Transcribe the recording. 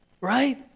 Right